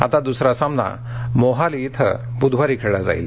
आता दुसरा सामना मोहाली क्रिं बुधवारी खेळला जाईल